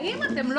אל תענה